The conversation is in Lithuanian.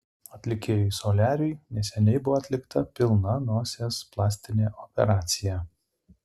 atlikėjui soliariui neseniai buvo atlikta pilna nosies plastinė operacija